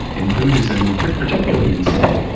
in buddhism, and particularly in zen,